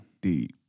deep